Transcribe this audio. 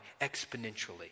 exponentially